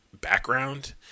background